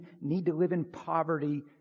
need-to-live-in-poverty